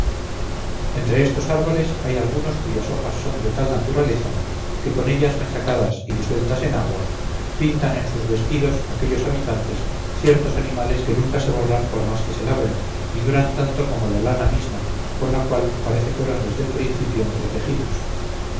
entre estos árboles hay algunos cuyas hojas son de tal naturaleza que con ellas machacadas y disueltas en agua pintan en sus vestidos aquellos habitantes ciertos animales que nunca se borran por más que se laven y duran tanto como la lana misma con la cual parece fueron desde el principio